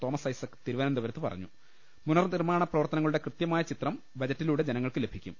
Thomas Isaac തിരുവനന്തപുരത്ത് പറഞ്ഞു പുനർ നിർമ്മാണ പ്രവർത്തന ങ്ങളുടെ കൃത്യമായ ചിത്രം ബജറ്റിലൂടെ ജനങ്ങൾക്ക് ലഭിക്കും